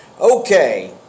Okay